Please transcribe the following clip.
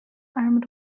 armed